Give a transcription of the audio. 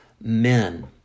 men